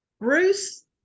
bruce